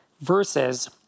Versus